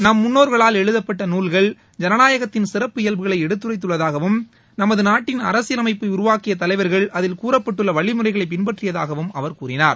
நம் முன்னோர்களால் எழுதப்பட்ட நூல்கள் ஜனநாயகத்தின் சிறப்பியல்புகளை எடுத்துரைத்துள்ளதாகவும் நமது நாட்டின் அரசியலமைப்பை உருவாக்கியத் தலைவர்கள் அதில் கூறப்பட்டுள்ள வழிமுறைகளை பின்பற்றியதாகவும் அவர் கூறினார்